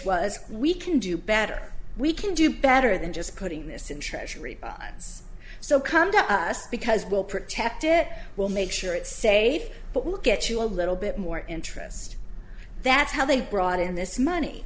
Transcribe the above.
was we can do better we can do better than just putting this in treasury bonds so come to us because we'll protect it we'll make sure it's safe but we'll get you a little bit more interest that's how they brought in this money